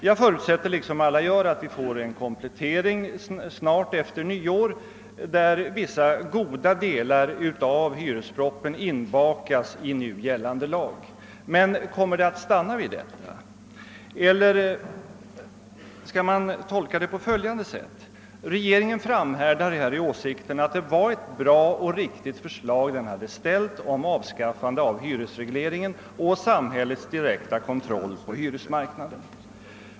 Jag förutsätter liksom alla andra, att vi får en komplettering ganska snart efter nyår, där vissa goda delar av hyrespropositionen inbakas i nu gällande lag. Men kommer det att stanna vid detta? Eller skall man tolka det på följande sätt: Regeringen framhärdar här i sin åsikt att det var ett bra och riktigt förslag den hade ställt om avskaffande av hyresregleringen och av samhällets direkta kontroll av hyresmarknaden.